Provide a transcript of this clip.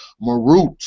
Marut